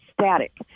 static